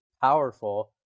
powerful